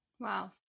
Wow